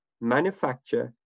manufacture